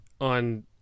on